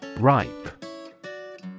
RIPE